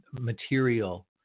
material